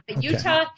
Utah